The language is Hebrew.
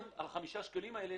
חלק מהחמישה שקלים האלה